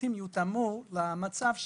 והשירותים יותאמו למצב שלו.